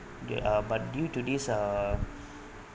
there are but due to this err